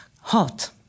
hot